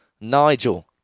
Nigel